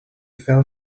fell